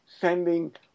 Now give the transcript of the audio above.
sending